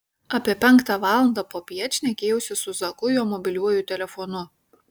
apie penktą valandą popiet šnekėjausi su zaku jo mobiliuoju telefonu